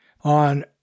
on